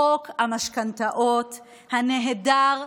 חוק המשכנתאות הנהדר והעלום,